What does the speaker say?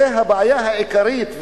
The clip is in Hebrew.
זה הבעיה העיקרית,